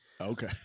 Okay